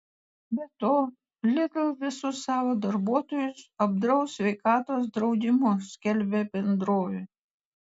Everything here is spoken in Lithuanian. be to lidl visus savo darbuotojus apdraus sveikatos draudimu skelbia bendrovė